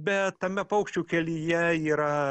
bet tame paukščių kelyje yra